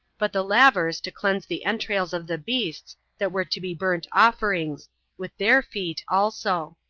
but the lavers to cleanse the entrails of the beasts that were to be burnt-offerings, with their feet also.